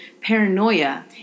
paranoia